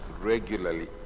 regularly